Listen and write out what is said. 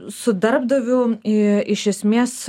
su darbdaviu iš esmės